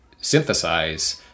synthesize